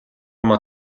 юмаа